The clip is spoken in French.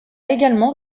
également